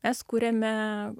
es kūrėme